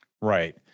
Right